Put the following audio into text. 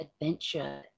adventure